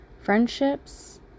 friendships